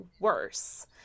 worse